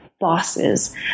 Bosses